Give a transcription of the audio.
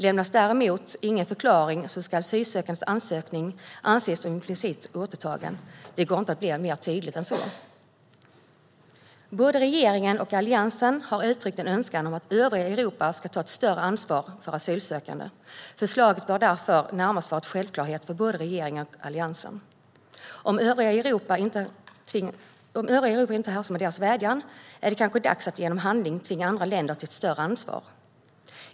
Lämnas däremot ingen förklaring ska den asylsökandes ansökan anses som implicit återtagen. Det går inte att bli tydligare än så. Både regeringen och Alliansen har uttryckt en önskan om att övriga Europa ska ta ett större ansvar för asylsökande. Förslaget bör därför närmast vara en självklarhet för både regeringen och Alliansen. Om övriga Europa inte hörsammar deras vädjan är det kanske dags att genom handling tvinga andra länder till ett större ansvar.